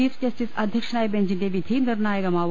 chief justice അധ്യക്ഷനായ ബെഞ്ചിന്റെ വിധി നിർണാ യകമാവും